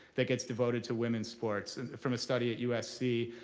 that gets devoted to women's sports from a study at usc.